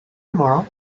tomorrow